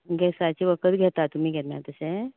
गॅसाचें वखद घेता तुमी केन्नाय तशें